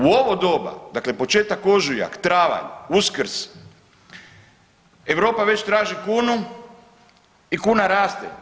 U ovo doba, dakle početak ožujak, travanj, Uskrs, Europa već traži kunu i kuna raste.